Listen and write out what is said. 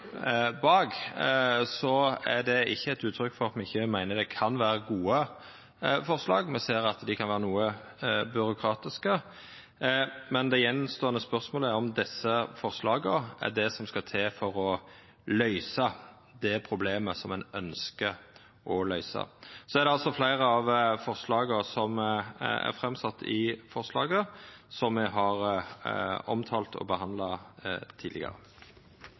bak forslaga frå Arbeiderpartiet, er ikkje det eit uttrykk for at me ikkje meiner at det kan vera gode forslag. Me ser at dei kan vera noko byråkratiske, men det attståande spørsmålet er om desse forslaga er det som skal til for å løysa det problemet som ein ønskjer å løysa. Fleire av forslaga som er sette fram i representantforslaget, har me omtalt og behandla tidlegare.